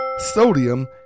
sodium